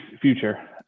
future